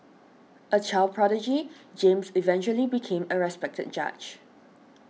a child prodigy James eventually became a respected judge